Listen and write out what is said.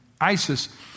ISIS